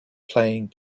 playing